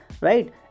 right